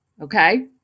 okay